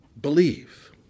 Believe